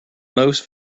most